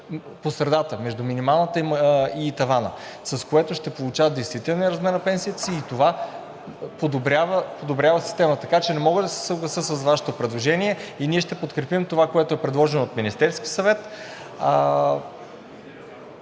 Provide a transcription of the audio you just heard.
по средата – между минималната и тавана, с което ще получават действителния размер на пенсиите си и това подобрява системата. Така че не мога да се съглася с Вашето предложение и ние ще подкрепим това, което е предложено от Министерския съвет.